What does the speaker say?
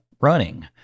running